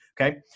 okay